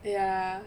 ya